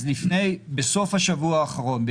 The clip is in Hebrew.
בסוף השבוע האחרון,